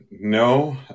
No